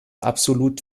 absolut